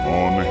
on